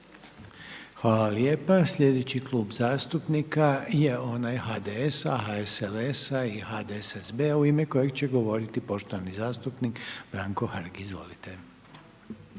Hvala lijepa. Sljedeći Klub zastupnika je onaj Mosta i nezavisnih lista u ime kojeg će govoriti poštovani zastupnik Nikola Grmoja. Izvolite.